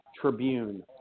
Tribune